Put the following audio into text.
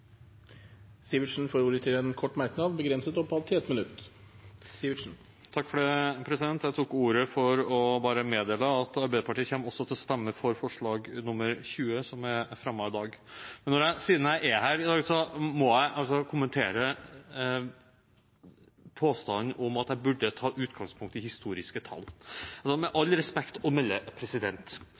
får ordet til en kort merknad, begrenset til 1 minutt. Jeg tok ordet for å meddele at Arbeiderpartiet også kommer til å stemme for forslag nr. 20, som er fremmet i dag. Siden jeg er her i dag, må jeg kommentere påstanden om at jeg burde ta utgangspunkt i historiske tall. Med all respekt å melde: